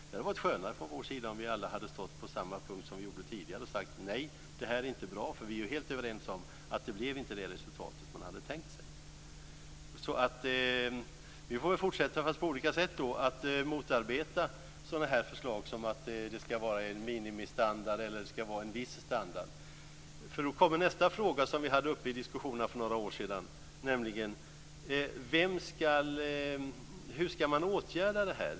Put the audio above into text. Det hade varit skönare om vi alla hade stått på samma punkt som vi gjorde tidigare och sagt: Nej, det här är inte bra. Vi är ju helt överens om att det inte blev det resultat som man hade tänkt sig. Vi får väl fortsätta, fast på olika sätt, att motarbeta sådana förslag som att det ska vara en minimistandard eller att det ska vara en viss standard. Då kommer nästa fråga som var uppe i diskussionerna för några år sedan, nämligen hur man ska åtgärda detta.